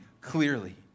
clearly